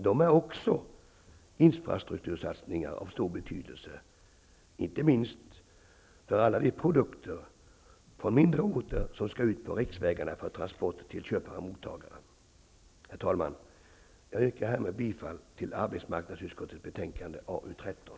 De är också infrastruktursatsningar av stor betydelse, inte minst för alla de produkter från mindre orter som skall ut på riksvägarna för transport till köpare och mottagare. Herr talman! Jag yrkar bifall till hemställan i arbetsmarknadsutskottets betänkande AU13.